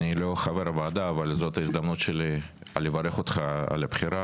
אני לא חבר הוועדה אבל זו ההזדמנות שלי לברך אותך על הבחירה.